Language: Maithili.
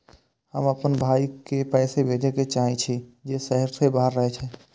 हम आपन भाई के पैसा भेजे के चाहि छी जे शहर के बाहर रहे छै